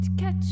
Catch